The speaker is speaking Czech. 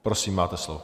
Prosím, máte slovo.